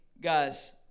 Guys